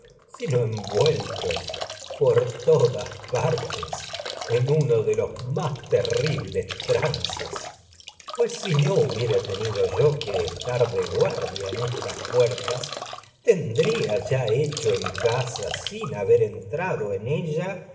sino envueltos de por todas si uno los más terribles trances que pues no hubiera tenido yo estar de guardia en electra estas puertas tendría ya en hecho en casa sin haber en trado ella